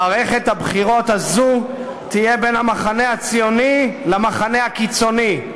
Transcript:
מערכת הבחירות הזאת תהיה בין המחנה הציוני למחנה הקיצוני,